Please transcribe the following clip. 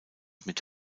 mit